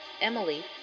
Emily